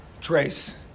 Trace